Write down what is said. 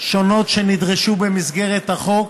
שונות שנדרשו במסגרת החוק,